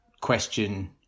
question